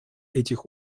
этих